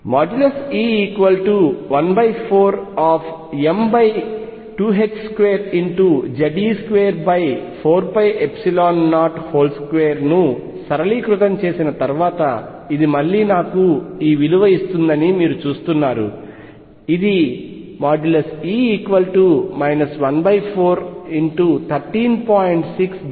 E14m22Ze24π02 ను సరళీకృతం చేసిన తర్వాత ఇది మళ్లీ నాకు ఈ విలువ ఇస్తుందని మీరు చూస్తున్నారు ఇది | E| 1413